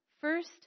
first